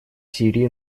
сирии